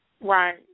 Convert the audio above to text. Right